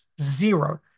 zero